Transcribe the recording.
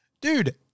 dude